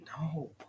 No